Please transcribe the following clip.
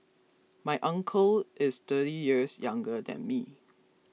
my uncle is thirty years younger than me